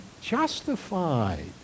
justified